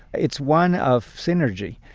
it's one of synergy.